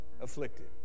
afflicted